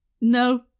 No